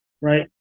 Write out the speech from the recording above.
right